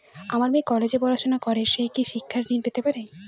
আমার মেয়ে কলেজে পড়াশোনা করে সে কি শিক্ষা ঋণ পেতে পারে?